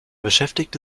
beschäftigte